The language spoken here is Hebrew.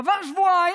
עברו שבועיים,